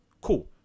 Cool